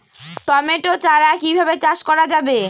Tomato চারা কিভাবে চাষ করা যাবে?